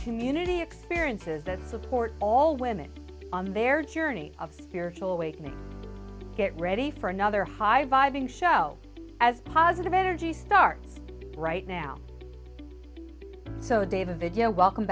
community experiences that support all women on their journey of spiritual awakening get ready for another high vibing show as positive energy start right now so david you know welcome